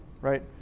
Right